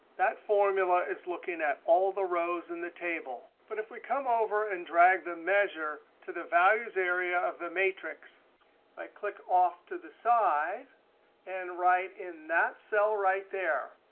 that formula is looking at all the rows in the table. but if we come over and drag the measure to the values area of the matrix, if i click off to the side and right in that cell right there,